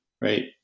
right